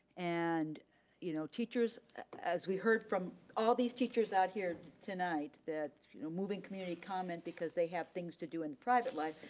and you know teachers as we heard from all these teachers out here tonight that you know moving community comment because they have things to do in private life,